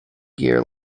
gear